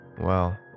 Well